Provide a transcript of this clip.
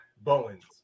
Bowen's